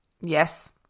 Yes